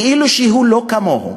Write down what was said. כאילו הוא לא כמוהו.